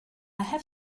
have